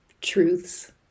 truths